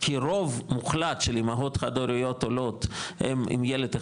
כי רוב מוחלט של אימהות חד-הוריות עולות הן עם ילד אחד,